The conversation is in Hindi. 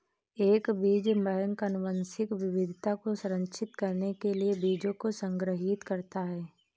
एक बीज बैंक आनुवंशिक विविधता को संरक्षित करने के लिए बीजों को संग्रहीत करता है